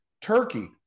Turkey